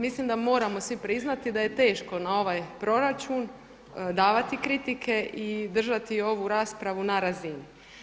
Mislim da moramo svi priznati da je teško na ovaj proračun davati kritike i držati ovu raspravu na razini.